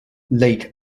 lake